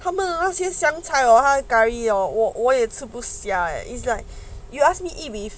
他们那些香菜 hor 他的 curry hor 我我也吃不下 is like you ask me